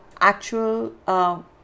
actual